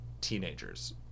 teenagers